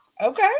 Okay